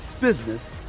business